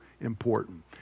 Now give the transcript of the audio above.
important